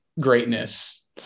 greatness